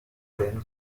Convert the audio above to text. than